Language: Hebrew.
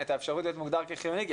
את האפשרות להיות מוגדרים כחיוניים,